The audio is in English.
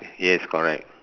yes correct